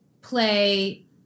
play